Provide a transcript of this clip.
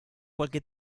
qualche